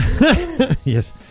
Yes